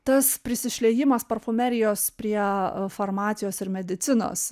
tas prisišliejimas parfumerijos prie farmacijos ir medicinos